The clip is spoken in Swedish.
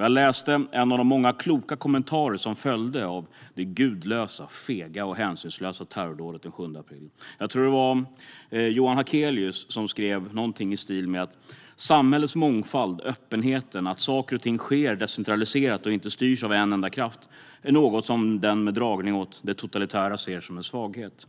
Jag läste en av de många kloka kommentarer som följde av det gudlösa, fega och hänsynslösa terrordådet den 7 april. Jag tror att det var Johan Hakelius som skrev någonting i stil med att samhällets mångfald, öppenheten, att saker och ting sker decentraliserat och inte styrs av en enda kraft, är något som den med dragning åt det totalitära ser som en svaghet